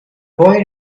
boy